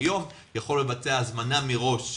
יכול לבצע הזמנה מראש.